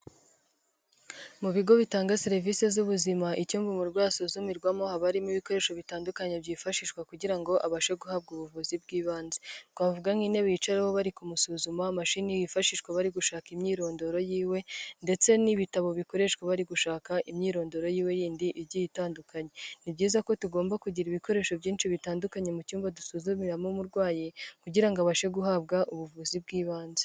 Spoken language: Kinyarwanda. Mu bigo bitanga serivisi z'ubuzima, icyumba umurwayi asuzumirwamo habamo ibikoresho bitandukanye byifashishwa kugira ngo abashe guhabwa ubuvuzi bw'ibanze, twavuga nk'intebe bicaraho bari kumusuzuma, amamashini yifashishwa bari gushaka imyirondoro y'iwe ndetse n'ibitabo bikoreshwa bari gushaka imyirondoro yindi igiye itandukanye; ni byiza ko tugomba kugira ibikoresho byinshi bitandukanye mu cyumba dusuzumiramo umurwayi kugira ngo abashe guhabwa ubuvuzi bw'ibanze.